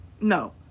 no